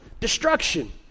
destruction